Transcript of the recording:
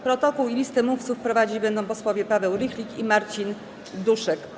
Protokół i listę mówców prowadzić będą posłowie Paweł Rychlik i Marcin Duszek.